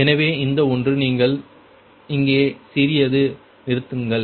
எனவே இந்த ஒன்று நீங்கள் இங்கே சிறிது நிறுத்துங்கள்